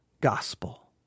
gospel